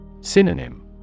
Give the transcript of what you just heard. Synonym